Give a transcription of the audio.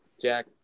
Jack